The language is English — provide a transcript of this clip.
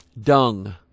dung